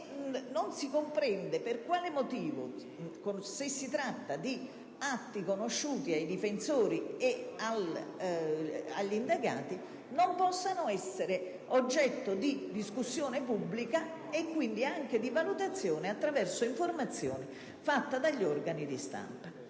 non si comprende per quale motivo, se si tratta di atti conosciuti ai difensori e agli indagati, essi non possano essere oggetto di discussione pubblica e quindi anche di valutazione della pubblica opinione attraverso le informazioni pubblicate dagli organi di stampa.